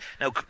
Now